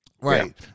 right